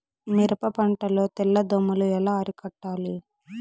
మిరప పంట లో తెల్ల దోమలు ఎలా అరికట్టాలి?